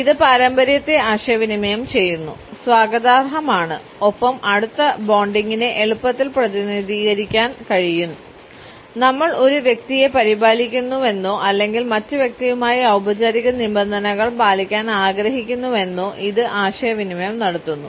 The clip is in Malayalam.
ഇത് പാരമ്പര്യത്തെ ആശയവിനിമയം ചെയ്യുന്നു സ്വാഗതാർഹമാണ് ഒപ്പം അടുത്ത ബോണ്ടിംഗിനെ എളുപ്പത്തിൽ പ്രതിനിധീകരിക്കാൻ കഴിയും നമ്മൾ ഒരു വ്യക്തിയെ പരിപാലിക്കുന്നുവെന്നോ അല്ലെങ്കിൽ മറ്റ് വ്യക്തിയുമായി ഔപചാരിക നിബന്ധനകൾ പാലിക്കാൻ ആഗ്രഹിക്കുന്നുവെന്നോ ഇത് ആശയവിനിമയം നടത്തുന്നു